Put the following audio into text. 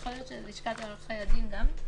לפני "יחולו הוראות אלה" יבוא "ולגבי דיונים שלא